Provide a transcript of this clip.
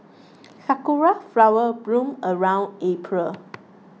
sakura flower bloom around April